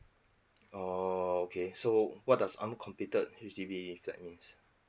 oh okay so what does uncompleted H_D_B flat means